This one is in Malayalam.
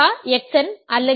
X n അല്ലെങ്കിൽ RX 1